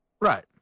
Right